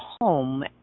home